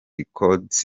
records